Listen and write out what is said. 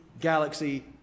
galaxy